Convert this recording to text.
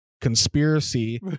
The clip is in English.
conspiracy